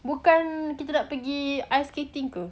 bukan kita nak pergi ice skating ke